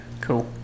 Cool